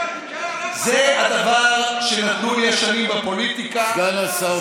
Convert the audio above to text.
זה הדבר שנתנו לי השנים בפוליטיקה, סגן השר פרוש.